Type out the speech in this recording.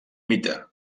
mite